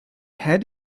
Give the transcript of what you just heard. had